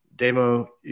Demo